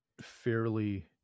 fairly